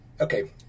okay